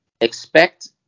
expect